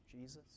Jesus